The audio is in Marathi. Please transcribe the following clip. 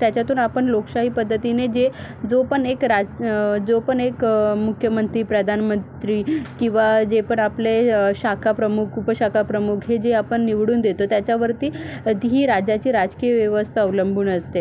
त्याच्यातून आपण लोकशाही पद्धतीने जे जो पण एक राज जो पण एक मुख्यमंत्री प्रधानमंत्री किंवा जे पण आपले शाखाप्रमुख उपशाखाप्रमुख हे जे आपण निवडून देतो त्याच्यावरती ही राज्याची राजकीय व्यवस्था अवलंबून असते